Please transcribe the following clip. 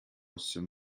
some